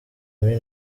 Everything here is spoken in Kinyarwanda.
muri